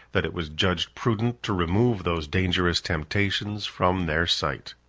that it was judged prudent to remove those dangerous temptations from their sight.